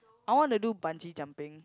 I want to do bungee jumping